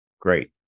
Great